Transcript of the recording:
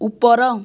ଉପର